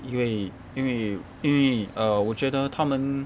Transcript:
因为因为因为 err 我觉得他们